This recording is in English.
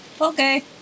Okay